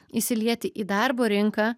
įsilieti į darbo rinką